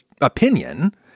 opinion